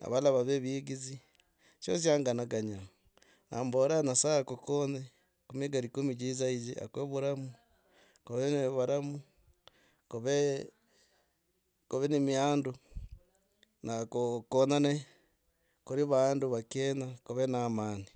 avalala vave vigidzi sho sya nganakanya. A mboraa nyasaye akukonye ku mihiga likumi chidza hichi, akwe varamu kuve varamu. Kuve, kuve ne mihandu na ku kukonyane kuri vandu va kenya kuve na amani.